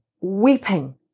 weeping